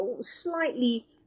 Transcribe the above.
slightly